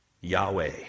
Yahweh